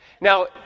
Now